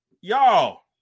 Y'all